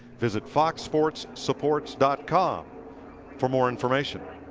visit foxsportssupports dot com for more information.